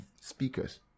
speakers